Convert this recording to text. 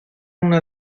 una